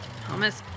Thomas